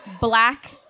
black